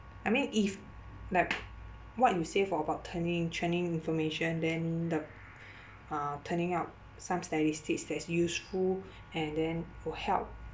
I mean if like what you say for about turning churning information then the uh turning out some statistics that's useful and then to help